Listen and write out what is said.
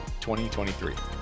2023